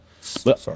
sorry